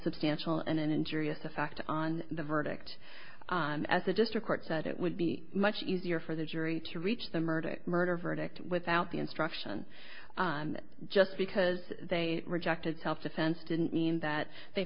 substantial and injurious effect on the verdict as a district court said it would be much easier for the jury to reach the murder murder verdict without the instruction just because they rejected self defense didn't mean that they